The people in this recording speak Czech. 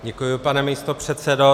Děkuji, pane místopředsedo.